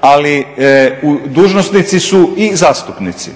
ali dužnosnici su i zastupnici,